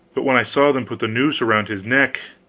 but when i saw them put the noose around his neck,